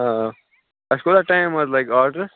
آ اَسہِ کوٗتاہ ٹایِم حظ لَگہِ آرڈٕرَس